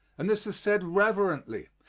and this is said reverently,